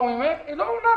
היא לא עונה.